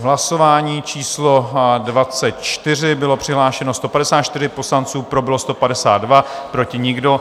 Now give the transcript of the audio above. V hlasování číslo 24 bylo přihlášeno 154 poslanců, pro bylo 152, proti nikdo.